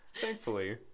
Thankfully